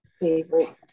favorite